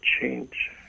change